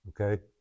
okay